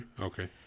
Okay